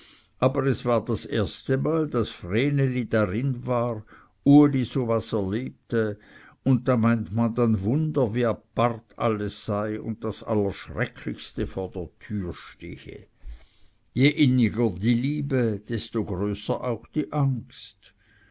aber es war das erstemal daß vreneli darin war uli so was erlebte und da meint man dann wunder wie apart alles sei und das allerschrecklichste vor der türe stehe je inniger die liebe desto größer auch die angst